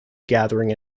gathering